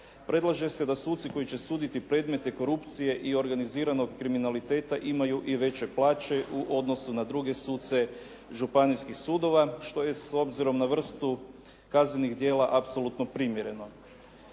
predlaže se da suci koji će suditi predmete korupcije i organiziranog kriminaliteta imaju i veće plaće u odnosu na druge suce županijskih sudova, što je s obzirom na vrstu kaznenih djela apsolutno primjereno.